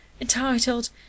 entitled